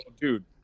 dude